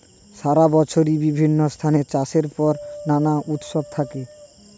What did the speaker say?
সারা বছরই বিভিন্ন স্থানে চাষের পর নানা উৎসব থাকে